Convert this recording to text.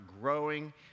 growing